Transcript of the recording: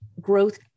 growth